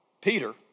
Peter